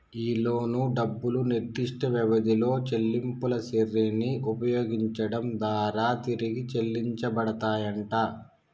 ఈ లోను డబ్బులు నిర్దిష్ట వ్యవధిలో చెల్లింపుల శ్రెరిని ఉపయోగించడం దారా తిరిగి చెల్లించబడతాయంట